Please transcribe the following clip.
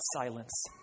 silence